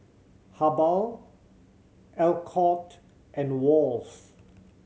Habhal Alcott and Wall's